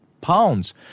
pounds